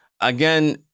Again